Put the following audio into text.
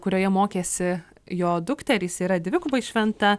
kurioje mokėsi jo dukterys yra dvigubai šventa